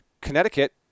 Connecticut